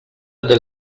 del